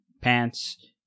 pants